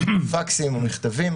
פקסים או מכתבים.